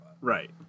right